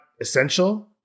essential